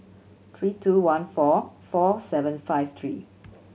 three two one four four seven five three